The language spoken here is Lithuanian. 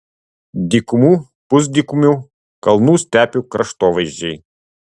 dykumų pusdykumių kalnų stepių kraštovaizdžiai